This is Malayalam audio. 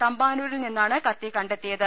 തമ്പാനൂരിൽ നിന്നാണ് കത്തി കണ്ടെത്തിയത്